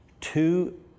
Two